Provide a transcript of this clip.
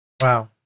Wow